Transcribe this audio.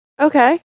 Okay